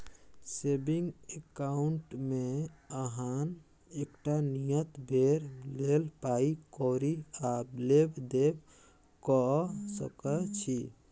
saving अकाउंटमे अहाँ एकटा नियत बेर लेल पाइ कौरी आ लेब देब कअ सकै छी